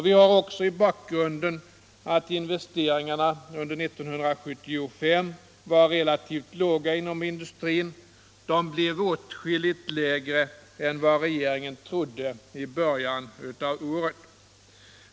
Vi har också i bakgrunden att investeringarna under 1975 var relativt låga inom industrin. De blir åtskilligt lägre än vad regeringen trodde i början av året.